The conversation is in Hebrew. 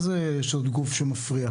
מה זה יש עוד גוף שמפריע?